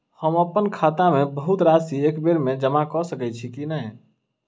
हम अप्पन खाता मे बहुत राशि एकबेर मे जमा कऽ सकैत छी की नै?